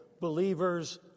believers